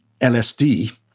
LSD